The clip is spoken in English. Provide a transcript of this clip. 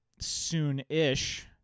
soon-ish